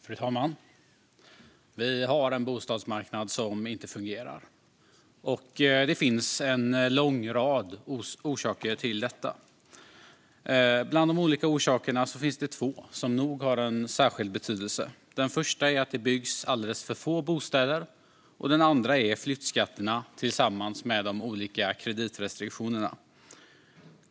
Fru talman! Vi har en bostadsmarknad som inte fungerar, och det finns en lång rad orsaker till detta. Bland de olika orsakerna finns det två som nog har en särskild betydelse. Den första är att det byggs alldeles för få bostäder, och den andra är flyttskatterna tillsammans med de olika kreditrestriktionerna.